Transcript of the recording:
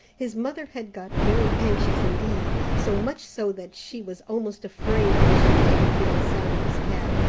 his mother had got very anxious indeed so much so that she was almost afraid, when she did hear the sound of his cab,